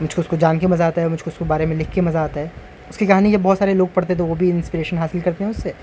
مجھ اس کو جان کے مزہ آتا ہےجھے اس کو بارے میں لکھ کے مزہ آتا ہے اس کی کہانی کے بہت سارے لگ پڑتے تھ ہیں وہ بھی انسپریشن حاصل کرتے ہیں اس سے